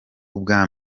ubwa